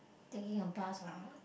thinking a bus or what